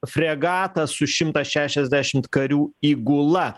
fregatą su šimto šešiasdešimt karių įgula